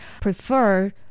prefer